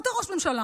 אתה ראש ממשלה,